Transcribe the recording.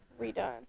redone